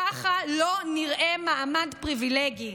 ככה לא נראה מעמד פריבילגי.